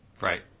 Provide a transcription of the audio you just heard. right